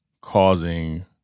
causing